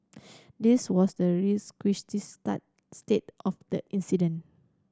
this was the requisite start state of the incident